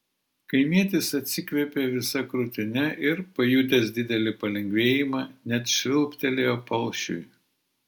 kaimietis atsikvėpė visa krūtine ir pajutęs didelį palengvėjimą net švilptelėjo palšiui